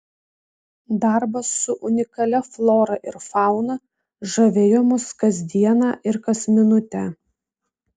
darbas su unikalia flora ir fauna žavėjo mus kas dieną ir kas minutę